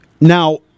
Now